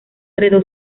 heredó